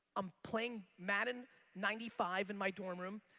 i'm playing madden ninety five in my dorm room,